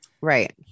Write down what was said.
Right